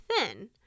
thin